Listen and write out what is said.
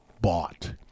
bought